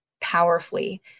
powerfully